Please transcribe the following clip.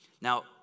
Now